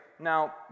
Now